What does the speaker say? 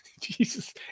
Jesus